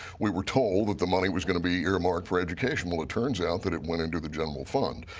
we were told that the money was going to be earmarked for education. well, it turns out that it went into the general fund,